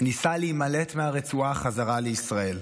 ניסה להימלט מהרצועה בחזרה לישראל,